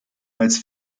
als